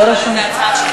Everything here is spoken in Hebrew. לא רשום.